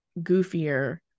goofier